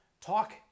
Talk